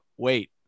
Wait